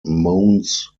mounds